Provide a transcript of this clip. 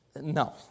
no